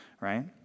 right